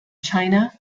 china